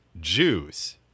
juice